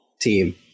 team